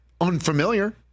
unfamiliar